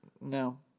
No